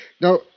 Now